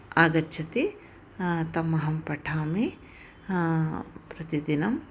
आगच्छति ताम् अहं पठामि प्रतिदिनं